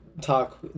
talk